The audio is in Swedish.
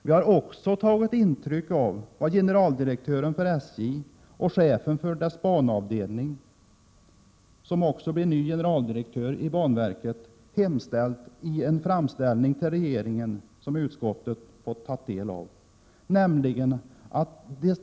Vi har också tagit intryck av vad generaldirektören för SJ och chefen för dess banavdelning, som också blir ny generaldirektör i banverket, hemställt i en framställning till regeringen som också utskottet fått ta del av.